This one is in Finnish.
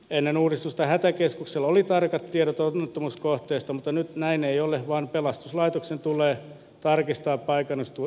ennen uudistusta hätäkeskuksella oli tarkat tiedot onnettomuuskohteista mutta nyt näin ei ole vaan pelastuslaitoksen tulee tarkistaa paikallistuu